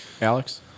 Alex